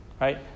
right